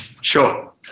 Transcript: Sure